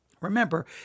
Remember